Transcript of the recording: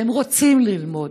והם רוצים ללמוד,